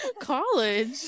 college